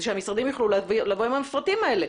כדי שהמשרדים יוכלו לבוא עם המפרטים האלה.